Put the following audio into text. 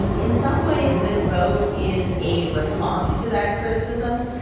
in some ways, this vote is a response to that criticism,